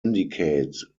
indicate